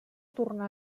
tornà